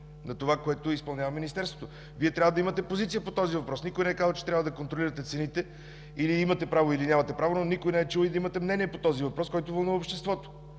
на това, което изпълнява Министерството. Вие трябва да имате позиция по този въпрос. Никой не е казал, че трябва да контролирате цените или имате право, или нямате право. Ама никой не е чул и да имате мнение по този въпрос, който вълнува обществото!